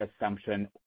assumption